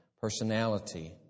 personality